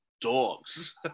dogs